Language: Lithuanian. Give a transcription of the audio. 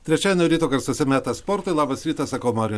trečiadienio ryto garsuose metas sportui labas rytas sakau mariui